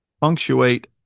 punctuate